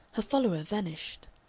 her follower vanished.